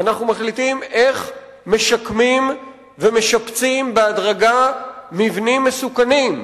אנחנו מחליטים איך משקמים ומשפצים בהדרגה מבנים מסוכנים,